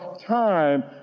time